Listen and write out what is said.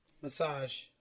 massage